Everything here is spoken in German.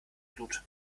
blut